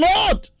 Lord